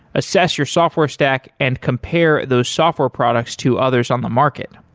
assess your software stack and compare those software products to others on the market.